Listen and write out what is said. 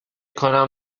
کنم